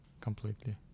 completely